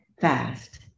fast